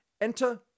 enter